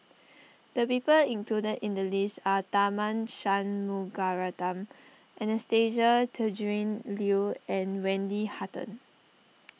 the people included in the list are Tharman Shanmugaratnam Anastasia Tjendri Liew and Wendy Hutton